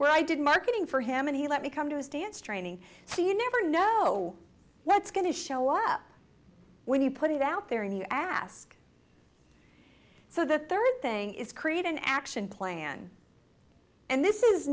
where i did marketing for him and he let me come to his dance training so you never know what's going to show up when you put it out there in the ask so the third thing is create an action plan and this is